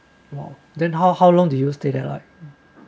!wow! then how how long do you stay there like